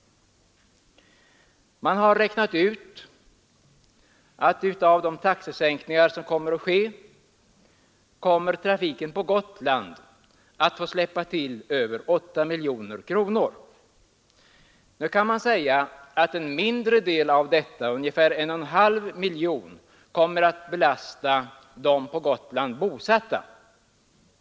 Man har räknat ut att för täckning av de taxesänkningar som nu skall ske kommer trafiken på Gotland att få släppa till över 8 miljoner kronor. Nu kan man säga att endast en mindre del av detta, ungefär 1,5 miljoner, kommer att belasta de på Gotland bosatta.